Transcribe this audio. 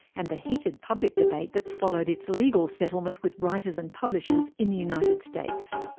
and the heat of public debate that's followed its legal settlement with writers and publishers in the united states.